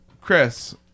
Chris